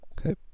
Okay